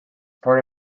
part